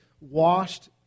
washed